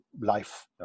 life